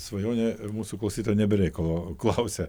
svajonė ir mūsų klausytojai ne be reikalo klausia